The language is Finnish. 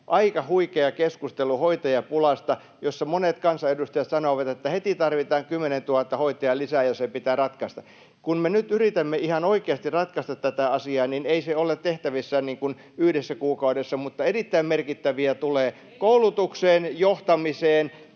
aika huikea keskustelu hoitajapulasta, jossa monet kansanedustajat sanoivat, että heti tarvitaan 10 000 hoitajaa lisää ja se pitää ratkaista. Kun me nyt yritämme ihan oikeasti ratkaista tätä asiaa, niin ei se ole tehtävissä yhdessä kuukaudessa, [Sari Sarkomaa: Neljässä vuodessa, ministeri!